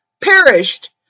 perished